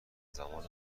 زمان